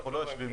אנחנו לא יושבים